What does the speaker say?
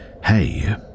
hey